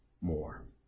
more